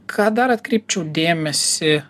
ką dar atkreipčiau dėmesį